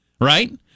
right